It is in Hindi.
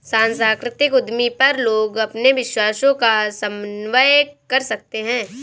सांस्कृतिक उद्यमी पर लोग अपने विश्वासों का समन्वय कर सकते है